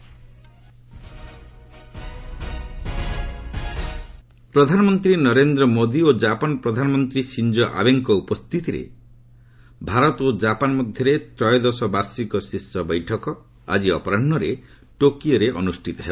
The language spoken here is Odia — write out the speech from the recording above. ରିଭ୍ ପିଏମ୍ ଜାପାନ୍ ପ୍ରଧାନମନ୍ତ୍ରୀ ନରେନ୍ଦ୍ର ମୋଦି ଓ ଜାପାନ ପ୍ରଧାନମନ୍ତ୍ରୀ ସିଞ୍ଜୋ ଆବେଙ୍କ ଉପସ୍ଥିତିରେ ଭାରତ ଓ କାପାନ୍ ମଧ୍ୟରେ ତ୍ରୟୋଦଶ ବାର୍ଷିକ ଶୀର୍ଷ ବୈଠକ ଆଜି ଅପରାହୁରେ ଟୋକିଓରେ ଅନୁଷ୍ଠିତ ହେବ